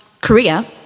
Korea